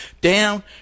down